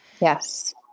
Yes